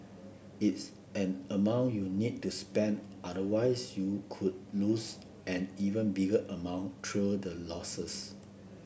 it's an amount you need to spend otherwise you could lose an even bigger amount through the losses